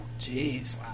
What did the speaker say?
Jeez